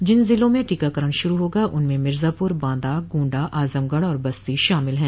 जिन जिलों में टीकाकरण शुरू होगा उनमें मिर्जापुर बांदा गोण्डा आजमगढ़ और बस्ती शामिल है